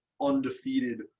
undefeated